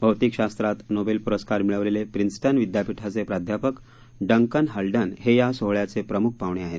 भौतिक शास्त्रात नोबेल पुरस्कार मिळवलेले प्रिंसटन विद्यापिठाचे प्राध्यापक डंकन हल्डन हे या सोहळ्याचे प्रमुख पाहूणे आहेत